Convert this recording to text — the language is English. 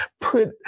put